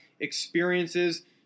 experiences